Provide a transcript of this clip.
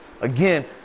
again